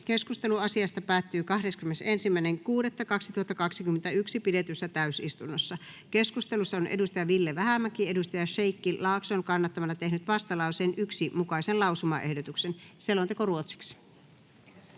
Keskustelu asiasta päättyi 21.6.2021 pidetyssä täysistunnossa. Keskustelussa on Ville Vähämäki Sheikki Laakson kannattamana tehnyt vastalauseen 1 mukaisen lausumaehdotuksen. [Speech 13]